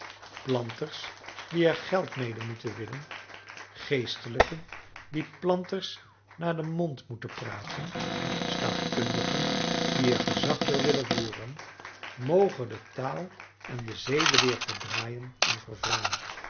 planters die er geld mede moeten winnen geestelijken die planters naar den mond moeten praten staatkundigen die er gezag door willen voeren mogen de taal en de zedenleer verdraaien en